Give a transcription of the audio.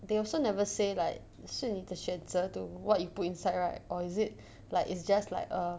they also never say like 是你的选择 to what you put inside right or is it like it's just like a